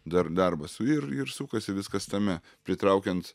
dar darbas ir ir sukasi viskas tame pritraukiant